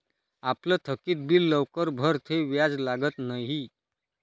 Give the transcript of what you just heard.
आपलं थकीत बिल लवकर भरं ते व्याज लागत न्हयी